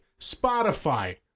Spotify